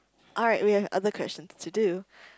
alright we have other questions to do